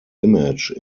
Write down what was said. image